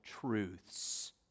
truths